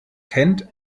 kennt